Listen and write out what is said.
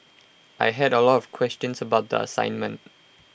I had A lot of questions about the assignment